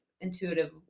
intuitive